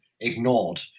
ignored